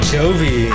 Jovi